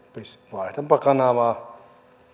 vaihdanpa kanavaa